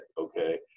okay